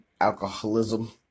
alcoholism